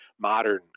modern